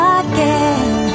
again